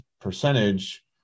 percentage